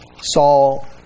Saul